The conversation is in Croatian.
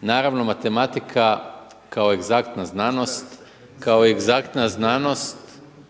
Naravno matematika kao egzaktna znanost to tako nekada